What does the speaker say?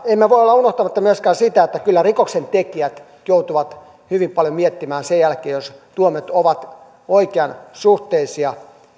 emme voi olla unohtamatta myöskään sitä että kyllä rikoksentekijät joutuvat hyvin paljon miettimään sen jälkeen jos tuomiot ovat oikeansuhteisia